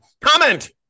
comment